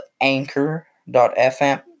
anchor.fm